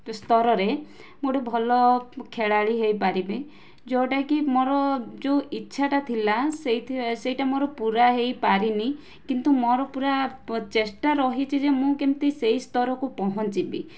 ସ୍ତରରେ ମୁଁ ଗୋଟିଏ ଭଲ ଖେଳାଳି ହୋଇପାରିବି ଯେଉଁଟାକି ମୋର ଯେଉଁ ଇଚ୍ଛାଟା ଥିଲା ସେଇଥିରେ ସେଇଟା ମୋର ପୁରା ହୋଇ ପାରିନି କିନ୍ତୁ ମୋର ପୁରା ଚେଷ୍ଟା ରହିଛି ଯେ ମୁଁ କେମିତି ସେହି ସ୍ତରକୁ ପହଁଞ୍ଚିବି